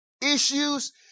issues